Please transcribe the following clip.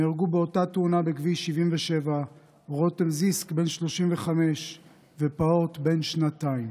נהרגו באותה תאונה בכביש 77 רותם זיסק בן 35 ופעוט בן שנתיים.